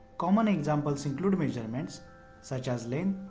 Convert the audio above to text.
common examples include measurements such as length,